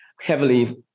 heavily